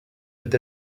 peut